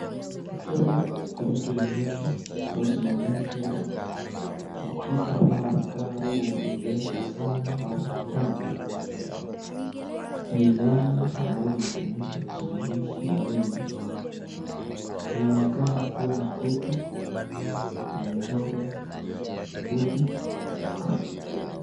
Kifaa kinachoingishwa au kusimamishwa kwa ukuta unaoonekana kuwa umezeka sana au wa kitambo. Ni nanga ambayo inatumika kusimamisha meli. Inaonekana kuwa na kutu na nyororo fupi.